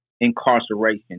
incarceration